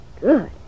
Good